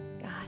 God